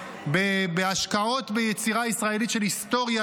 בהשקעות ביצירה ישראלית של היסטוריה,